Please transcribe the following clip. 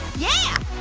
yeah,